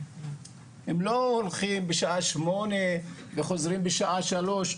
הם לא הולכים בשעה 8:00 וחוזרים בשעה 15:00,